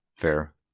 fair